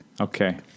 Okay